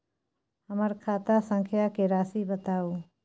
हमर खाता संख्या के राशि बताउ